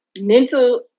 mental